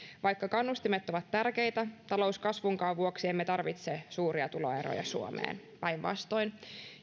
vaikka kannustimet ovat tärkeitä talouskasvunkaan vuoksi emme tarvitse suuria tuloeroja suomeen päinvastoin